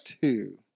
two